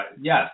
yes